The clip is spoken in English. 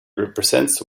represents